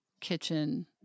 kitchen